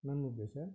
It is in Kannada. ನನ್ನ ಉದ್ದೇಶ